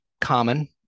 common